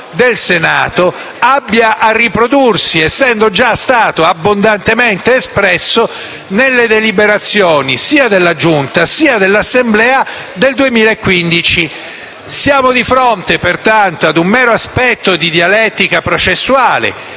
del Senato abbia a riprodursi, essendo già stato abbondantemente espresso nelle deliberazioni sia della Giunta che dell'Assemblea del 2015. Siamo di fronte, pertanto, a un mero aspetto di dialettica processuale